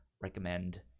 recommend